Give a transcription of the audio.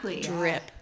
drip